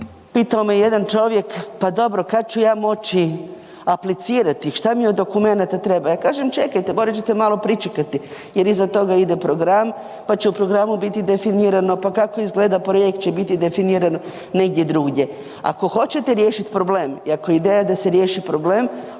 pitao me jedan čovjek, pa dobro kad ću ja moći aplicirati, što mi od dokumenata treba. Ja kažem čekajte, morat ćete malo pričekati, jer iza toga ide program, pa će u programu biti definirano, pa kako izgleda, projekt će biti definiran negdje drugdje. Ako hoćete riješiti problem i ako je ideja da se riješi problem,